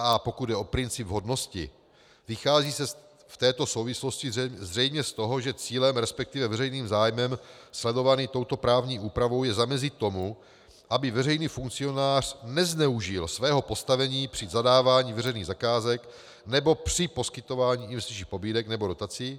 a) pokud jde o princip vhodnosti, vychází se v této souvislosti zřejmě z toho, že cílem, resp. veřejným zájmem sledovaným touto právní úpravou, je zamezit tomu, aby veřejný funkcionář nezneužil svého postavení při zadávání veřejných zakázek nebo při poskytování investičních pobídek nebo dotací;